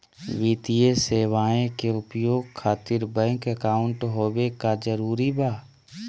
वित्तीय सेवाएं के उपयोग खातिर बैंक अकाउंट होबे का जरूरी बा?